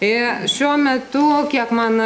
ir šiuo metu kiek man